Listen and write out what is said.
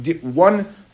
one